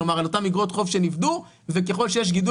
כלומר על אותן איגרות חוב שנפדו וככל שיש גידול